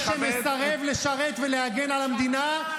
מי שמסרב לשרת ולהגן על המדינה,